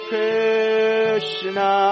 Krishna